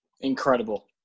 Incredible